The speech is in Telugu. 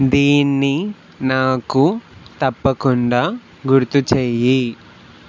దీన్ని నాకు తప్పకుండా గుర్తు చెయ్యి